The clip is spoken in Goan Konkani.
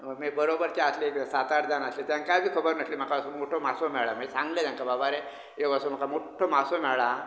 म मी बरोबरचे आसले ते सात आठ जाण आसले तेंच्याक बी खबर नसली म्हाका अहो मोठो मासो मेळ्ळा मी सांगलय तेंका बाबा रे एक असो म्हाका मोठ्ठो मासो मेळ्ळा हा